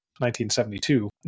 1972